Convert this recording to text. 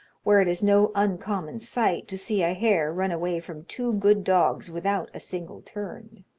where it is no uncommon sight to see a hare run away from two good dogs without a single turn.